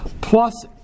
plus